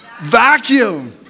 vacuum